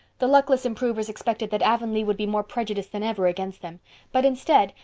the luckless improvers expected that avonlea would be more prejudiced than ever against them but instead,